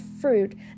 fruit